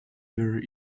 there